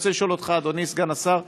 אני רוצה לשאול אותך, אדוני סגן השר,